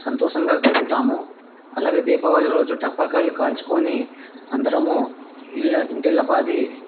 సంతోషంగా గడుపుతాము అలాగే దీపావళి రోజు టపాకాయలు కాల్చుకొని అందరము ఇలా ఇంటిల్లిపాది